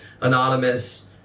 Anonymous